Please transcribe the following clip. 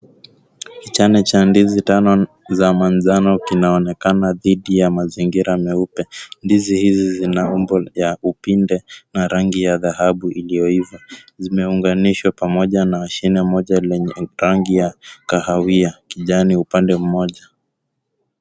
Kichane cha ndizi tano za manjano kina onekana dhidi ya mazingira meupe. Ndizi hizi zina umbo ya upinde na rangi ya dhahabu iliyoiva. Zime unganishwa pamoja na ashine moja lenye rangi ya kahawia. Kijani, upande mmoja.